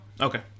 Okay